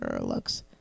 looks